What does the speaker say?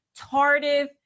tardive